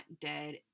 dead